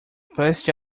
preste